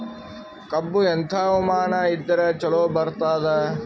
ಕಬ್ಬು ಎಂಥಾ ಹವಾಮಾನ ಇದರ ಚಲೋ ಬರತ್ತಾದ?